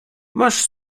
masz